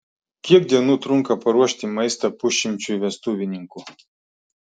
kiek dienų trunka paruošti maistą pusšimčiui vestuvininkų